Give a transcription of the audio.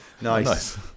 Nice